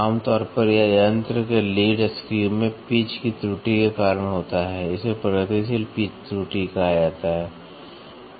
आमतौर पर यह यंत्र के लीड स्क्रू में पिच त्रुटि के कारण होता है इसे प्रगतिशील पिच त्रुटि कहा जाता है